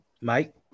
Mike